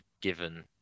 given